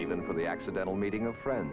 even for the accidental meeting of friend